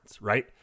right